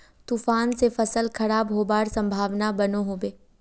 तूफान से फसल खराब होबार संभावना बनो होबे?